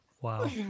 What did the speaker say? Wow